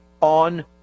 on